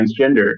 transgender